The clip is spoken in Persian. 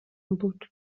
بود